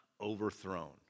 overthrown